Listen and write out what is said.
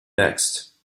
next